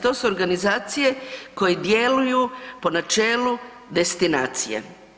To su organizacije koje djeluju po načelu destinacije.